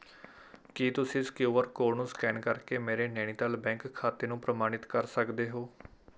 ਕੀ ਤੁਸੀਂਂ ਇਸ Q R code ਨੂੰ ਸਕੈਨ ਕਰਕੇ ਮੇਰੇ ਨੈਨੀਤਾਲ ਬੈਂਕ ਖਾਤੇ ਨੂੰ ਪ੍ਰਮਾਣਿਤ ਕਰ ਸਕਦੇ ਹੋ